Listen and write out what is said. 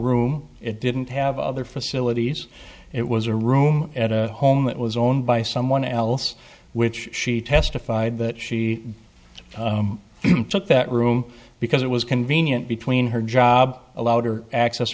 room it didn't have other facilities it was a room at a home that was owned by someone else which she testified that she took that room because it was convenient between her job allowed or access